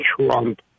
Trump